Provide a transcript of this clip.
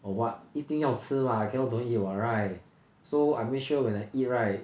or what 一定要吃 mah I cannot don't eat [what] right so I make sure when I eat right